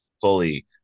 fully